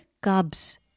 cubs